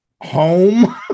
home